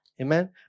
Amen